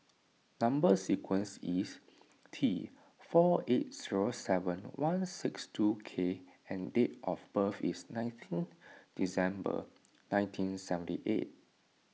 Number Sequence is T four eight zero seven one six two K and date of birth is nineteen December nineteen seventy eight